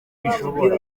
bishobora